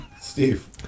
Steve